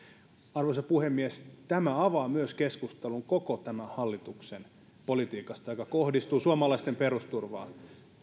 arvoisa puhemies tämä avaa myös keskustelun koko tämän hallituksen politiikasta joka kohdistuu suomalaisten perusturvaan